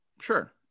sure